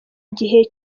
gihe